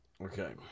Okay